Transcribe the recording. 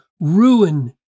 ruin